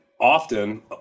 often